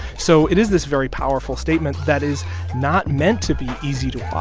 so it is this very powerful statement that is not meant to be easy to ah